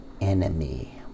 enemy